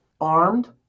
armed